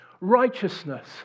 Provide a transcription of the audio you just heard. Righteousness